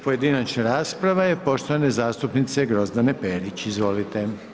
pojedinačna rasprava je poštovane zastupnice Grozdane Perić, izvolite.